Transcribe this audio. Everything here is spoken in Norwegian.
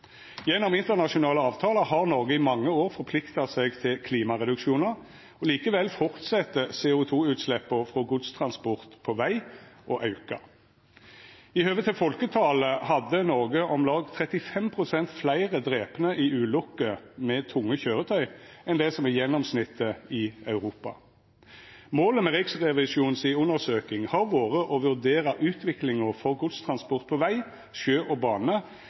Gjennom internasjonale avtalar har Noreg i mange år forplikta seg til klimareduksjonar. Likevel aukar CO 2 -utsleppa frå godstransport på veg. I høve til folketalet hadde Noreg om lag 35 pst. fleire drepne i ulukker med tunge kjøretøy enn det som er gjennomsnittet i Europa. Målet med Riksrevisjonens undersøking har vore å vurdera utviklinga for godstransport på veg, sjø og bane